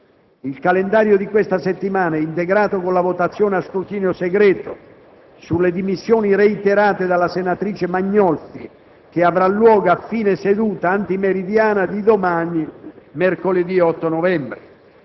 Il calendario di questa settimana è integrato con la votazione a scrutinio segreto sulle dimissioni reiterate dalla senatrice Magnolfi, che avrà luogo a fine seduta antimeridiana di domani, mercoledì 8 novembre.